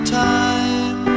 time